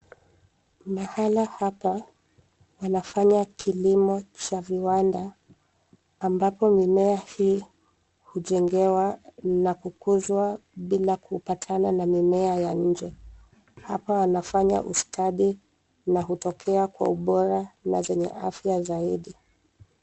Mahala hapa wanafanya kilimo cha viwanda ambapo mimea hii hujengewa na kukuzwa bila kupatana na mimea ya nje. Hapa wanafanya ustadi na hutokea kwa ubora na zenye afya zaidi.